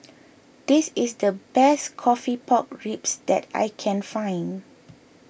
this is the best Coffee Pork Ribs that I can find